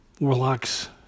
Warlocks